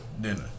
dinner